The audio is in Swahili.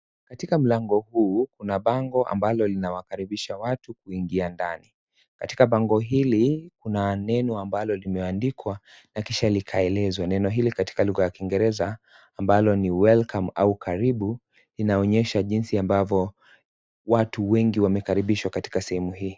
Katika mlango huu kuna bango ambalo linawakaribisha watu kuingia ndani. Katika bango hili kuna neno ambalo limeandikwa na kisha likaelezwa. Neno hili katika lugha ya kiingereza ambalo ni " welcome " au karibu. Inaonyesha jinsi ambavyo watu wengi wamekaribishwa katika sehemu hii.